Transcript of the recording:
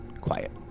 quiet